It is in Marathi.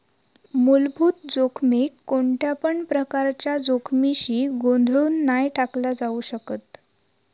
मुलभूत जोखमीक कोणत्यापण प्रकारच्या जोखमीशी गोंधळुन नाय टाकला जाउ शकत